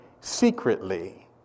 secretly